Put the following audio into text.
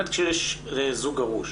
כאשר יש זוג גרוש